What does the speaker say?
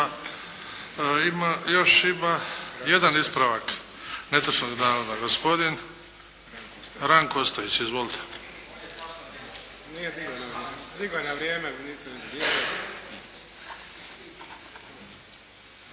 Imamo još jedan ispravak netočnog navoda. Gospodin Ranko Ostojić. Izvolite.